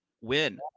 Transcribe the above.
win